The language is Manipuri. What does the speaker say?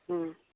ꯎꯝ